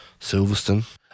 Silverstone